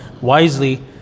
wisely